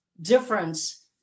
difference